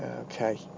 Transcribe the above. Okay